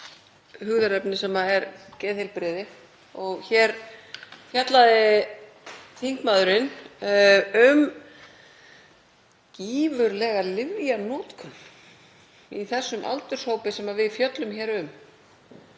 hugðarefni, sem er geðheilbrigði. Hér fjallaði þingmaðurinn um gífurlega lyfjanotkun í þessum aldurshópi sem við fjöllum hér um